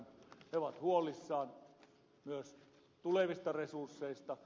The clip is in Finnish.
he ovat huolissaan myös tulevista resursseista